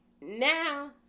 Now